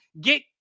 Get